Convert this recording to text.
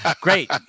Great